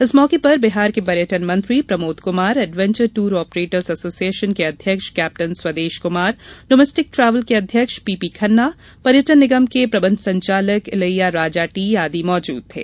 इस मौके पर बिहार के पर्यटन मंत्री Pramod Kumar adventure tour operators association के अध्यक्ष captain Swadesh Kumar domestic travel के अध्यक्ष पी पी खन्ना पर्यटन निगम के प्रबंध संचालक इलैया राजा टी आदि मौजूद थे